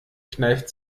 kneift